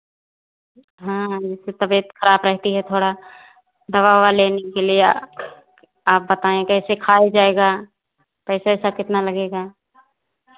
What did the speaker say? हाँ जैसे तबियत खराब रहती है थोड़ा दवा ओवा लेने के लिए आप बताएँ कैसे खाए जाएगा पैसा वैसा कितना लगेगा